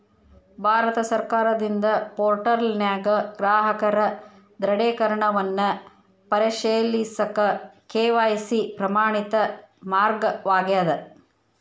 ಭಾರತ ಸರ್ಕಾರದಿಂದ ಪೋರ್ಟಲ್ನ್ಯಾಗ ಗ್ರಾಹಕರ ದೃಢೇಕರಣವನ್ನ ಪರಿಶೇಲಿಸಕ ಕೆ.ವಾಯ್.ಸಿ ಪ್ರಮಾಣಿತ ಮಾರ್ಗವಾಗ್ಯದ